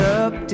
up